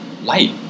light